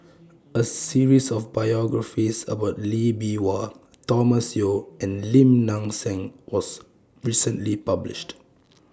A series of biographies about Lee Bee Wah Thomas Yeo and Lim Nang Seng was recently published